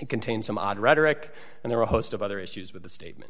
it contained some odd rhetoric and there are a host of other issues with the statement